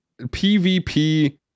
PvP